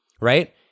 right